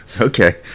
okay